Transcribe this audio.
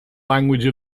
language